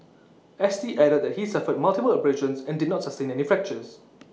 S T added that he suffered multiple abrasions and did not sustain any fractures